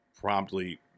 promptly